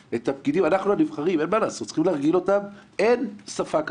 אנחנו הנבחרים צריכים להרגיל את הפקידים שאין שפה כזאת.